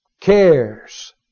Cares